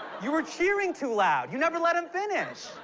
you were cheering too loud. you never let him finish.